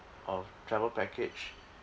of travel package